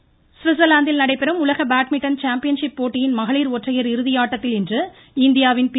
badminton சுவிட்சர்லாந்தில் நடைபெறும் உலக பேட்மிண்டன் சாம்பியன் ஷிப் போட்டியின் மகளிர் ஒற்றையர் இறுதி ஆட்டத்தில் இன்று இந்தியாவின் பி